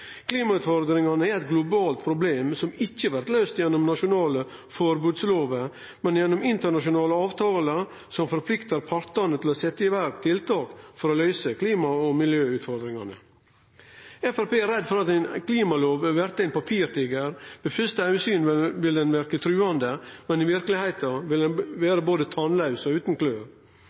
Klimautfordringane er eit globalt problem som ikkje blir løyst gjennom nasjonale forbodslover, men gjennom internasjonale avtaler som forpliktar partane til å setje i verk tiltak for å løyse klima- og miljøutfordringane. Framstegspartiet er redd for at ei klimalov vil bli ein papirtiger: Ved første augesyn vil ho verke trugande, men i verkelegheita vil ho vere både tannlaus og utan